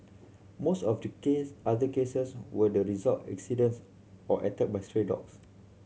most of the case other cases were the result accidents or attack by stray dogs